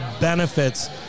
benefits